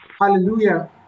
Hallelujah